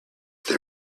they